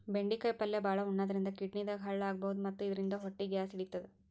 ಬೆಂಡಿಕಾಯಿ ಪಲ್ಯ ಭಾಳ್ ಉಣಾದ್ರಿನ್ದ ಕಿಡ್ನಿದಾಗ್ ಹಳ್ಳ ಆಗಬಹುದ್ ಮತ್ತ್ ಇದರಿಂದ ಹೊಟ್ಟಿ ಗ್ಯಾಸ್ ಹಿಡಿತದ್